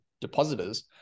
depositors